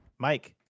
Mike